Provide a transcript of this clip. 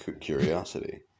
curiosity